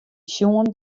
sjoen